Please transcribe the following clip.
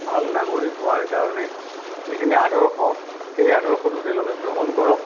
ভাল নাগৰিক হোৱাৰ কাৰণে যিখিনি আদৰ্শ সেই আদৰ্শটো তেওঁলোকে গ্ৰহণ কৰক